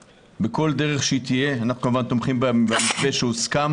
בכל דרך שהיא תהיה אנחנו כמובן תומכים במתווה שהוסכם